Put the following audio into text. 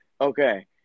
Okay